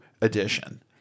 edition